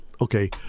okay